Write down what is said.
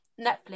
netflix